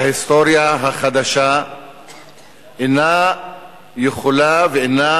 ההיסטוריה החדשה אינה יכולה ואינה